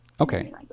Okay